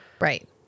Right